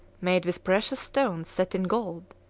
made with precious stones set in gold,